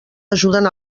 ajuden